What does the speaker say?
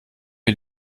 wir